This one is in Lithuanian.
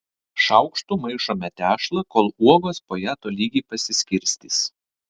šaukštu maišome tešlą kol uogos po ją tolygiai pasiskirstys